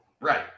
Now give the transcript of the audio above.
Right